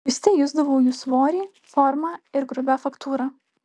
juste jusdavau jų svorį formą ir grubią faktūrą